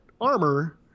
armor